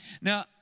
Now